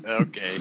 Okay